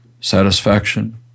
satisfaction